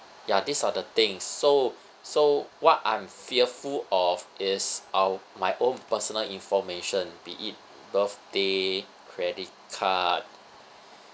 ya these are the things so so what I'm fearful of is uh my own personal information be it birthday credit card